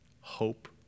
hope